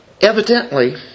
Evidently